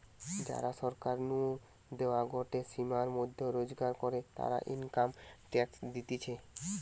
যারা সরকার নু দেওয়া গটে সীমার মধ্যে রোজগার করে, তারা ইনকাম ট্যাক্স দিতেছে